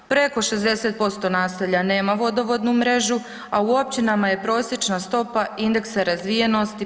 Preko 60% naselja nema vodovodnu mrežu a u općinama je prosječna stopa indeksa razvijenosti 54%